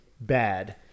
bad